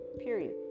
period